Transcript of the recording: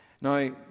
Now